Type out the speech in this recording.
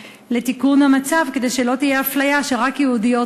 לתיקון המצב כדי שלא תהיה אפליה כך שרק יהודיות,